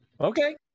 Okay